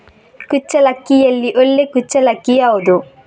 ಕುಚ್ಚಲಕ್ಕಿಯಲ್ಲಿ ಒಳ್ಳೆ ಕುಚ್ಚಲಕ್ಕಿ ಯಾವುದು?